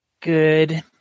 Good